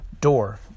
door